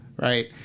right